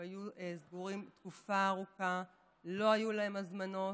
הם היו סגורים תקופה ארוכה, לא היו להם הזמנות,